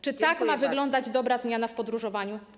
Czy tak ma wyglądać dobra zmiana w podróżowaniu?